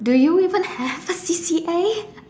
do you even have a C_C_A